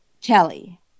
Kelly